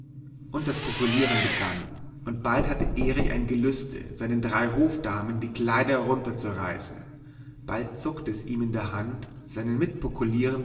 und das pokulieren begann und bald hatte erich ein gelüste seinen drei hofdamen die kleider herunter zu reißen bald zuckte es ihm in der hand seinen mitpokulierenden mit